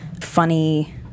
funny